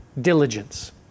diligence